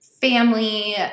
family